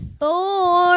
four